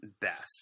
best